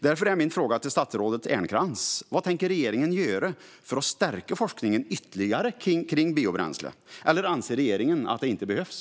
Därför är min fråga till statsrådet Ernkrans: Vad tänker regeringen göra för att ytterligare stärka forskningen kring biobränsle - eller anser regeringen att det inte behövs?